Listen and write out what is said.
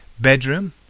Bedroom